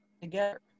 together